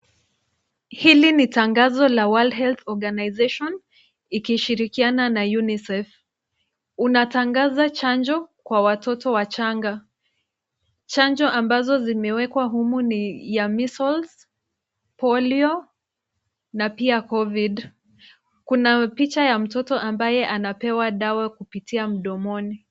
Hili ni tangazo la (cs) World Health Organisation (cs), ikishirikiana na UNICEF.Unatangaza chanjo kwa watoto wachanga, chanjo ambazo zimewekwa humu ni ya measles, polio ,na pia covid. Kuna picha ya mtoto ambaye anapewa dawa kupitia mdomoni.